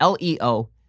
LEO